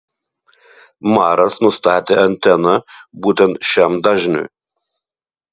maras nustatė anteną būtent šiam dažniui